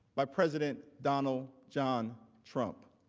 by president donald john trump.